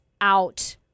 out